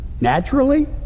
naturally